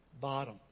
bottom